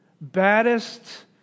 baddest